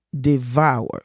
devour